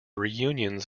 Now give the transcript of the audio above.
reunions